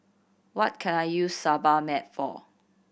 what can I use Sebamed for